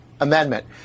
amendment